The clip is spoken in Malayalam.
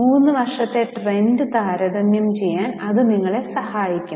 മൂന്ന് വർഷത്തെ ട്രെൻഡ് താരതമ്യം ചെയ്യാൻ അത് നിങ്ങളെ സഹായിക്കും